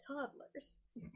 toddlers